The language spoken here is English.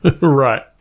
Right